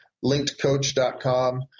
linkedcoach.com